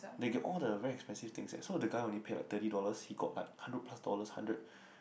they get all the very expensive things eh so the guy only pay like thirty dollars he got like hundred plus dollars hundred